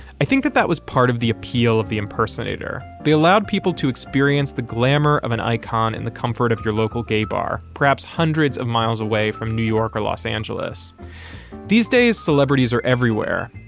i think that that was part of the appeal of the impersonator. they allowed people to experience the glamour of an icon in the comfort of your local gay bar. perhaps hundreds of miles away from new york or los angeles these days, celebrities are everywhere.